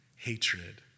Hatred